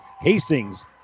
Hastings